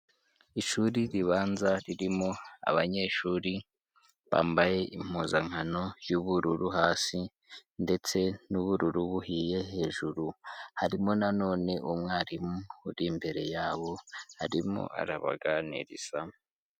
Ishuri ribanza ririmo abanyeshuri bambaye impuzankano y'ubururu hasi ndetse n'ubururu buhiye hejuru, harimo na none umwarimu uri imbere yabo arimo arabaganiriza.